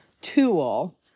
tool